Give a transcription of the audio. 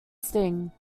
sting